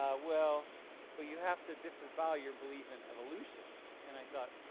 ah well but you have to disavow your belief in evolution and i thought,